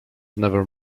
never